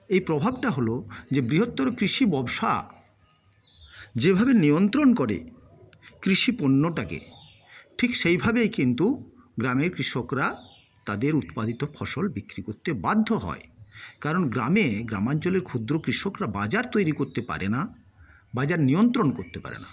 এই প্রভাবটা হল যে বৃহত্তর কৃষি ববসা যেভাবে নিয়ন্ত্রণ করে কৃষি পণ্যটাকে ঠিক সেইভাবে কিন্তু গ্রামের কৃষকরা তাদের উৎপাদিত ফসল বিক্রি করতে বাধ্য হয় কারণ গ্রামে গ্রামাঞ্চলের ক্ষুদ্র কৃষকরা বাজার তৈরি করতে পারে না বাজার নিয়ন্ত্রণ করতে পারে না